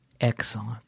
excellent